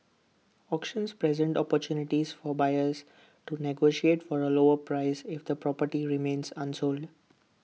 auctions present opportunities for buyers to negotiate for A lower price if the property remains unsold